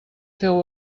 féu